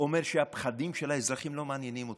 אומר שהפחדים של האזרחים לא מעניינים אותו?